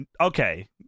Okay